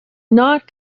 not